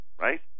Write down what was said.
right